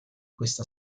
questa